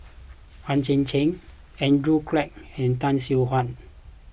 Hang Chang Chieh Andrew Clarke and Tay Seow Huah